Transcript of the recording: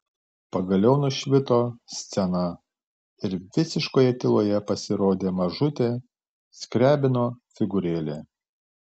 pagaliau nušvito scena ir visiškoje tyloje pasirodė mažutė skriabino figūrėlė